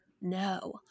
no